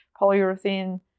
polyurethane